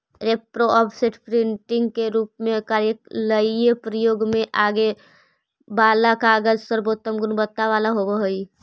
repro, offset, printing के रूप में कार्यालयीय प्रयोग में आगे वाला कागज सर्वोत्तम गुणवत्ता वाला होवऽ हई